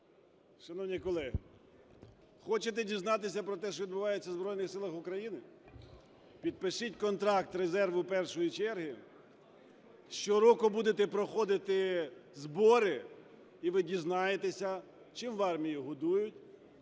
Шановні колеги, хочете дізнатися про те, що відбувається в Збройних Силах України? Підпишіть контракт резерву першої черги, щороку будете проходити збори, і ви дізнаєтесь, чим в армії годують,